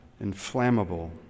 inflammable